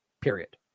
Period